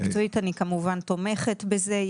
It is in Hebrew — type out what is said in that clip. מקצועית אני כמובן תומכת בזה.